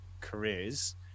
careers